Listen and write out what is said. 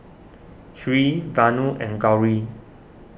Hri Vanu and Gauri